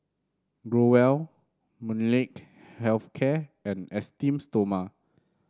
Growell Molnylcke Health Care and Esteem Stoma